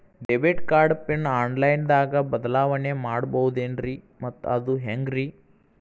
Debit card pin online ದಾಗ ಬದಲಾವಣೆ ಮಾಡಬಹುದೇನ್ರಿ ಮತ್ತು ಅದು ಹೆಂಗ್ರಿ?